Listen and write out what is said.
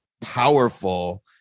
powerful